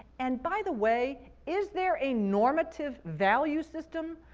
and by the way, is there a normative value system,